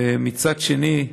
ומצד שני,